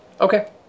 Okay